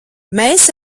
mēs